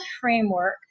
framework